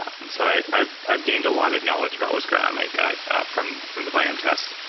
and so i've i've gained a lot of knowledge about what's going on in my gut from the from the viome tests.